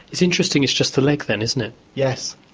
it's interesting it's just the leg then, isn't it? yes,